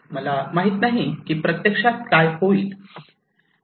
मला माहित नाही की प्रत्यक्षात काय होईल